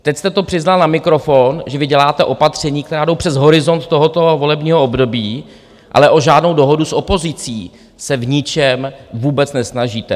Teď jste to přiznal na mikrofon, že vyděláte opatření, která jdou přes horizont tohoto volebního období, ale o žádnou dohodu s opozicí se v ničem vůbec nesnažíte.